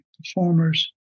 performers